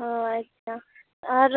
ᱚ ᱟᱪᱪᱷᱟ ᱟᱨ